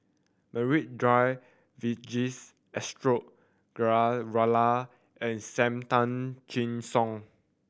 Maria Dyer Vijesh Ashok Ghariwala and Sam Tan Chin Siong